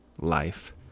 life